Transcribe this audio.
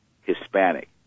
Hispanic